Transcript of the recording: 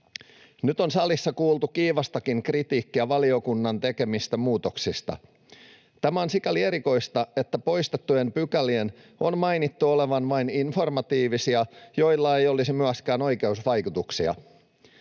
Nyt on salissa kuultu kiivastakin kritiikkiä valiokunnan tekemistä muutoksista. Tämä on sikäli erikoista, että poistettujen pykälien on mainittu olevan vain informatiivisia, joilla ei olisi myöskään oikeusvaikutuksia.